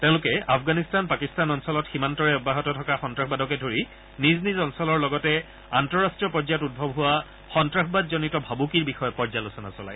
তেওঁলোকে আফগানিস্তান পাকিস্তান অঞ্চলত সীমান্তৰে অব্যাহত থকা সন্ত্ৰাসবাদকে ধৰি নিজ নিজ অঞ্চলৰ লগতে আন্তঃৰাষ্টীয় পৰ্যায়ত উদ্ভৱ হোৱা সন্ত্ৰাসবাদজনিত ভাবুকিৰ বিষয়ে পৰ্যালোচনা চলায়